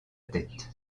tête